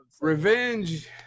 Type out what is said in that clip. Revenge